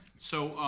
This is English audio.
so,